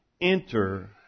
enter